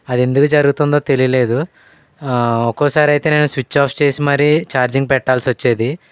అది ఎందుకు జరుగుతుందో తెలియలేదు ఒక్కోసారి అయితే నేను స్విచ్ ఆఫ్ చేసి మరీ చార్జింగ్ పెట్టాల్సి వచ్చేది